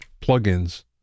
plugins